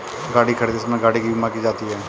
गाड़ी खरीदते समय गाड़ी की बीमा की जाती है